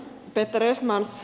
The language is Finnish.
värderade talman